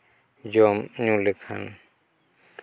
ᱡᱚᱢᱼᱧᱩ ᱞᱮᱠᱷᱟᱱ